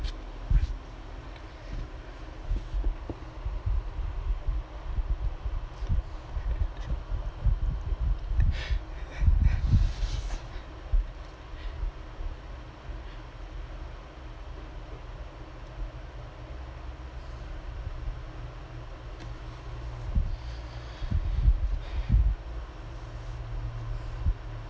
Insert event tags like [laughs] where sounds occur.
[laughs]